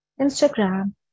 Instagram